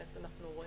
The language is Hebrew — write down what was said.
אנחנו רואים,